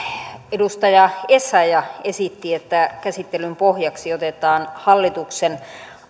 edustaja essayah esitti että käsittelyn pohjaksi otetaan hallituksen